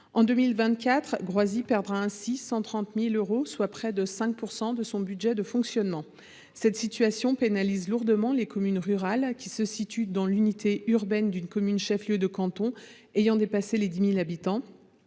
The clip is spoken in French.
En 2024, Groisy perdra ainsi 130 000 euros, soit près de 5 % de son budget de fonctionnement. Cette situation pénalise lourdement les communes rurales situées dans l’unité urbaine d’un chef lieu de canton ayant dépassé le seuil de 10 000 habitants.